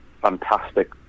fantastic